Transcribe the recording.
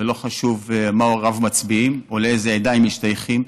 ולא חשוב מה הוריו מצביעים או לאיזו עדה הם משתייכים,